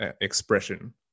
expression